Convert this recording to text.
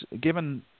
given